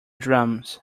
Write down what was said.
drums